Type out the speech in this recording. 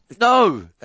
No